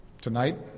Tonight